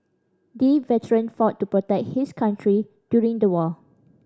the veteran fought to protect his country during the war